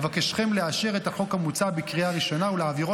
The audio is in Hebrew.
אבקשכם לאשר את החוק המוצע בקריאה ראשונה ולהעבירו